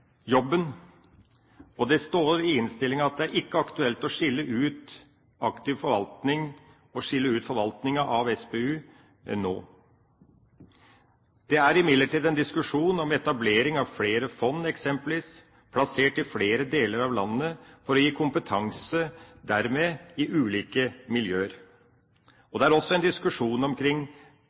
jobben. Det står i innstillinga at det ikke er aktuelt å skille ut forvaltningen av SPU fra Norges Bank nå. Det er imidlertid en diskusjon om etablering av flere fond, eksempelvis plassert i flere deler av landet, for dermed å gi kompetanse i ulike miljøer. Det er også en diskusjon